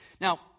Now